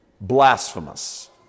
blasphemous